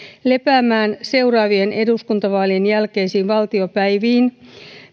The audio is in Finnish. lepäämään seuraavien eduskuntavaalien jälkeisiin valtiopäiviin